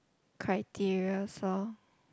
criteria so